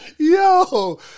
Yo